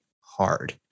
hard